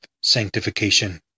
sanctification